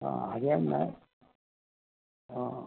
ആ അതുതന്നെ ആ